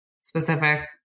specific